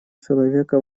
человека